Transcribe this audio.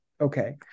okay